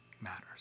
matters